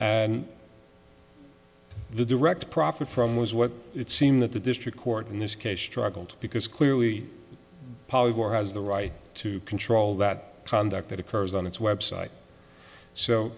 the direct profit from was what it seemed that the district court in this case struggled because clearly has the right to control that conduct that occurs on its website so